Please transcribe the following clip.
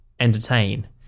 entertain